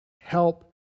help